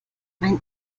mein